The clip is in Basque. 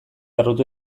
harrotu